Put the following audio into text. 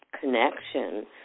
connection